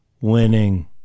winning